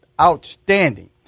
Outstanding